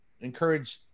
encourage